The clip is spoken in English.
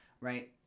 right